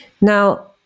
now